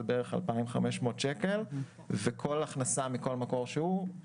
בערך 2,500 שקל וכל הכנסה מכל מקור שהוא,